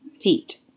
feet